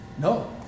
No